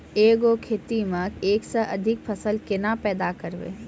एक गो खेतो मे एक से अधिक फसल केना पैदा करबै?